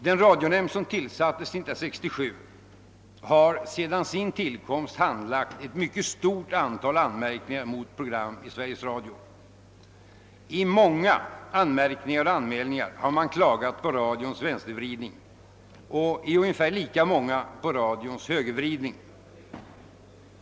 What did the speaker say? Den radionämnd som tillsattes 1967 har sedan sin tillkomst handlagt ett mycket stort antal anmärkningar mot program i Sveriges Radio. I många anmärkningar och anmälningar har man klagat över radions vänstervridning och i ungefär lika många fall på radions högervridning.